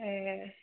ए